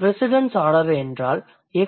precedence order என்றால்